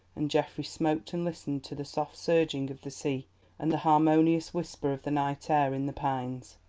and geoffrey smoked and listened to the soft surging of the sea and the harmonious whisper of the night air in the pines.